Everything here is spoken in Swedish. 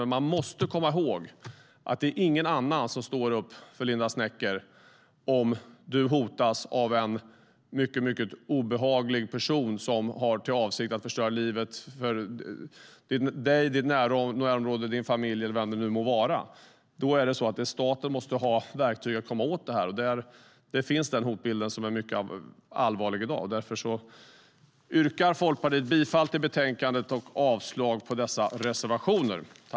Men man måste komma ihåg att det inte är någon annan som står upp för dig, Linda Snecker, om du hotas av en mycket obehaglig person som har för avsikt att förstöra livet för dig, dina nära, din familj eller vem det nu må vara. Då måste staten ha verktyg för att komma åt det här. Det finns en hotbild som är mycket allvarlig i dag. Därför yrkar Folkpartiet bifall till förslaget i betänkandet och avslag på reservationerna.